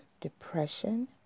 depression